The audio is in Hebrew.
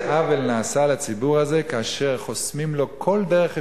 עוול נעשה לציבור הזה כאשר חוסמים לו כל דרך אפשרית,